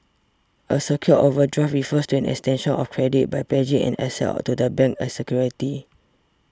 a secured overdraft refers to an extension of credit by pledging an asset to the bank as security